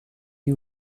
you